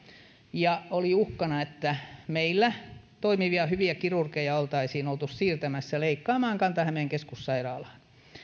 ja oli uhkana että meillä toimivia hyviä kirurgeja oltaisiin oltu siirtämässä leikkaamaan kanta hämeen keskussairaalaan